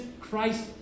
Christ